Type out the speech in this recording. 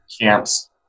camps